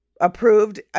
approved